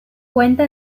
cuenta